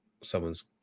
someone's